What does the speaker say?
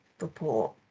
report